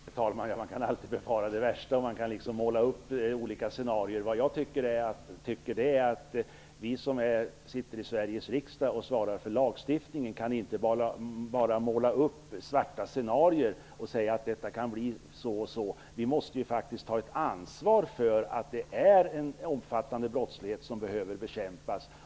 Herr talman! Ja, man kan alltid befara det värsta, och man kan måla upp olika scenarion. Jag tycker att vi som sitter i Sveriges riksdag och svarar för lagstiftningen inte bara kan måla upp svarta scenarion och säga att det kan bli på det ena eller andra sättet. Vi måste faktiskt ta vårt ansvar. Det finns en omfattande brottslighet som behöver bekämpas.